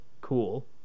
cool